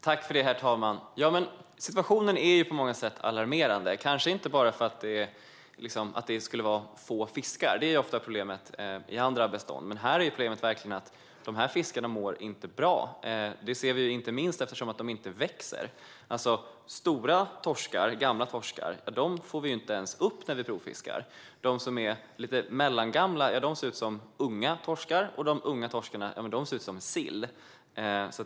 Herr talman! Ja, men situationen är på många sätt alarmerande, kanske inte bara för att det skulle vara få fiskar, som ofta är problemet i andra bestånd. Men här är problemet verkligen att fiskarna inte mår bra. Det ser vi inte minst eftersom de inte växer. Stora torskar, gamla torskar, får vi inte ens upp när vi provfiskar. De som är mellangamla ser ut som unga torskar, och de unga torskarna ser ut som sill.